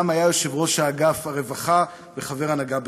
היה יושב-ראש אגף הרווחה וחבר הנהגה בהסתדרות.